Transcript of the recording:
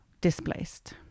displaced